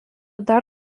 dar